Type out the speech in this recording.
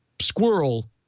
Squirrel